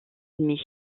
ennemis